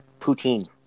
Poutine